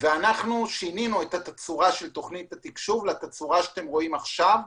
ואנחנו שינינו את התצורה של תכנית התקשוב לתצורה שאתם רואים עכשיו,